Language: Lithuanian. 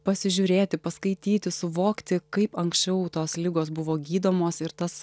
pasižiūrėti paskaityti suvokti kaip anksčiau tos ligos buvo gydomos ir tas